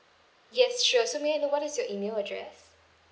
yes sure so may I know what is your email address